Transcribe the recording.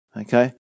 Okay